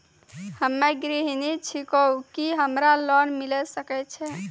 हम्मे गृहिणी छिकौं, की हमरा लोन मिले सकय छै?